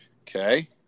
Okay